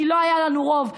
כי לא היה לנו רוב,